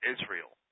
Israel